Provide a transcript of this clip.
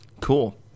Cool